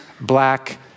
black